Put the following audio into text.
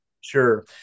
Sure